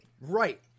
Right